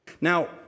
Now